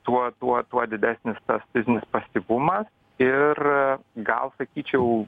tuo tuo tuo didesnis tas fizinis pasyvumas ir gal sakyčiau